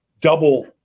double